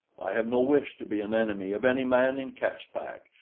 i have no wish to be an enemy of any man in caspak,